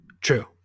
True